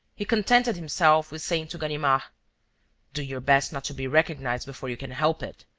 he contented himself with saying to ganimard do your best not to be recognized before you can help it.